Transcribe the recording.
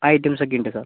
items ഒക്കെ ഉണ്ട് sir